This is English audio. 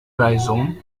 rhizome